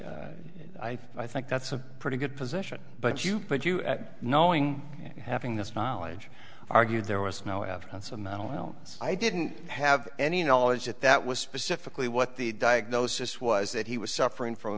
d i i think that's a pretty good position but you but you knowing having this knowledge argued there was no evidence of no i didn't have any knowledge that that was specifically what the diagnosis was that he was suffering from a